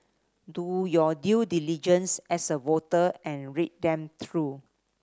do your due diligence as a voter and read them through